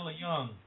Young